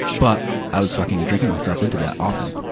but, i was fucking drinking myself into that often.